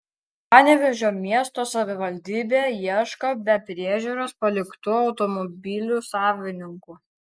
panevėžio miesto savivaldybė ieško be priežiūros paliktų automobilių savininkų